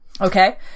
Okay